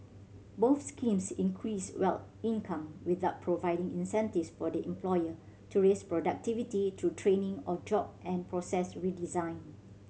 both schemes increased well income without providing incentives for the employer to raise productivity through training or job and process redesign